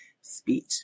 speech